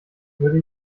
würde